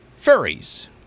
furries